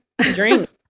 drink